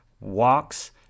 walks